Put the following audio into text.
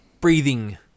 Breathing